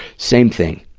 same thing.